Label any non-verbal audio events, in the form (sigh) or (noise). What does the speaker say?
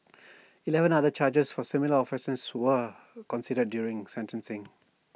(noise) Eleven other charges for similar offences were considered during sentencing